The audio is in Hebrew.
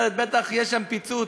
בטח יהיה שם פיצוץ.